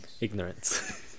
Ignorance